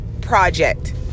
project